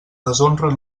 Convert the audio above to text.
deshonra